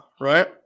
right